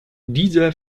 dieser